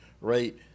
right